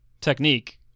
technique